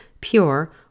pure